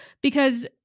Because-